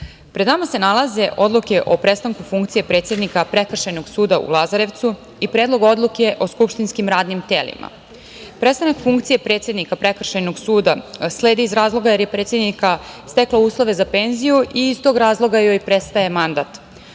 pred nama se nalaze odluke o prestanku funkcije predsednika Prekršajnog suda u Lazarevcu i Predlog odluke o skupštinskim radnim telima. Prestanak funkcije predsednika Prekršajnog suda sledi iz razloga jer je predsednica stekla uslove za penziju i iz tog razloga joj prestaje mandat.